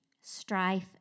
strife